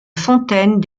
fontaine